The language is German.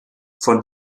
von